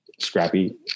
scrappy